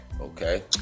Okay